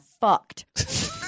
fucked